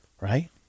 Right